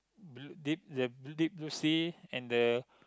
blue the deep blue sea and the